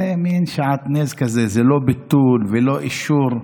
זה מין שעטנז כזה, לא ביטול ולא אישור.